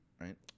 right